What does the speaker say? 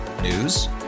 News